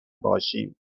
باشیم